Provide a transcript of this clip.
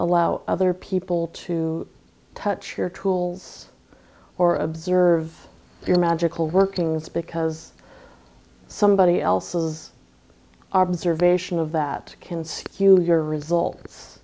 allow other people to touch your tools or observe your magical workings because somebody else's observation of that can skew your results